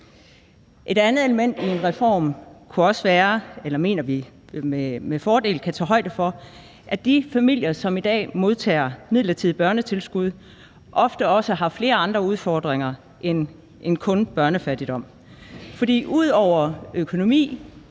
Et andet element i en reform mener vi med fordel kan tage højde for, at de familier, som i dag modtager et midlertidigt børnetilskud, ofte har flere andre udfordringer end kun børnefattigdom. For ud over økonomiske